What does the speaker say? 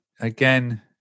again